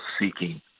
seeking